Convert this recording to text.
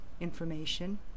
information